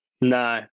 no